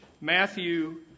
Matthew